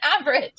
average